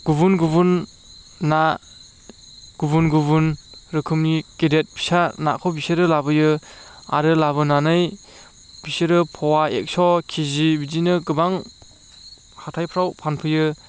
गुबुन ना गुबुन गुबुन रोखोमनि गेदेर फिसा नाखौ बिसोरो लाबोयो आरो लाबोनानै बिसोरो पुआ एक्स किजि बिदिनो गोबां हाथायफ्राव फानफैयो